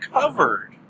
covered